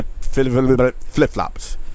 flip-flops